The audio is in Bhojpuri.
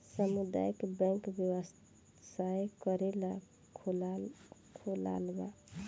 सामुदायक बैंक व्यवसाय करेला खोलाल बा